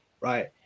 right